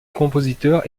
compositeur